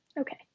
Okay